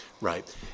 Right